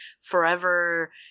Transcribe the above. forever